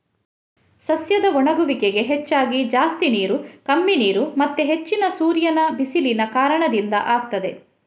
ಸಸ್ಯದ ಒಣಗುವಿಕೆಗೆ ಹೆಚ್ಚಾಗಿ ಜಾಸ್ತಿ ನೀರು, ಕಮ್ಮಿ ನೀರು ಮತ್ತೆ ಹೆಚ್ಚಿನ ಸೂರ್ಯನ ಬಿಸಿಲಿನ ಕಾರಣದಿಂದ ಆಗ್ತದೆ